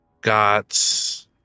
got